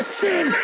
sin